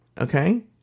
Okay